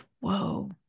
whoa